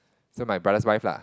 so my brother's wife lah